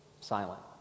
silent